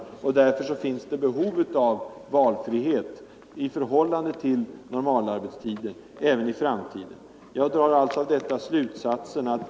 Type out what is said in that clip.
Därför kommer det att finnas behov av valfrihet i förhållande till normalarbetstiden även i framtiden.